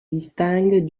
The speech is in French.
distingue